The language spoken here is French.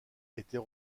était